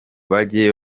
bajye